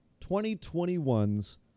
2021's